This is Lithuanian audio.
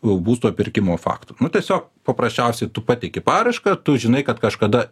būsto pirkimo faktu tiesiog paprasčiausiai tu pateiki paraišką tu žinai kad kažkada